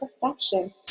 perfection